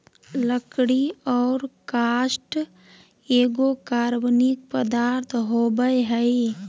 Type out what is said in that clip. लकड़ी और काष्ठ एगो कार्बनिक पदार्थ होबय हइ